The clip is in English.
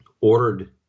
ordered